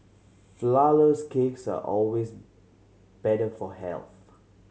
flourless cakes are always better for health